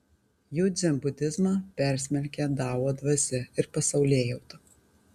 jų dzenbudizmą persmelkia dao dvasia ir pasaulėjauta